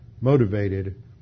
motivated